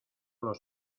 los